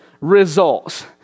results